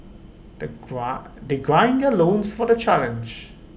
they gruss grussing their loans for the challenge